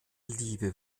liebe